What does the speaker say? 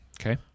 Okay